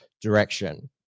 direction